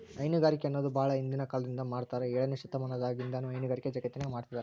ಹೈನುಗಾರಿಕೆ ಅನ್ನೋದು ಬಾಳ ಹಿಂದಿನ ಕಾಲದಿಂದ ಮಾಡಾತ್ತಾರ ಏಳನೇ ಶತಮಾನದಾಗಿನಿಂದನೂ ಹೈನುಗಾರಿಕೆ ಜಗತ್ತಿನ್ಯಾಗ ಮಾಡ್ತಿದಾರ